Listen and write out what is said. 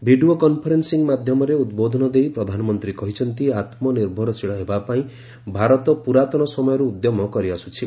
video conferencing ମାଧ୍ୟମରେ ଉଦ୍ବୋଧନ ଦେଇ ପ୍ରଧାନମନ୍ତ୍ରୀ କହିଛନ୍ତି ଆତ୍କନିର୍ଭରଶୀଳ ହେବା ପାଇଁ ଭାରତ ପୁରାତନ ସମୟରୁ ଉଦ୍ୟମ କରିଆସ୍କଛି